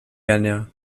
kenya